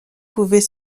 pouvait